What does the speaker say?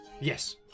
Yes